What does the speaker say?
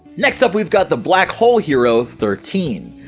next up we've got the black hole hero, thirteen!